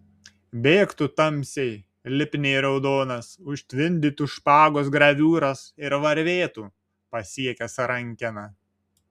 bėgtų tamsiai lipniai raudonas užtvindytų špagos graviūras ir varvėtų pasiekęs rankeną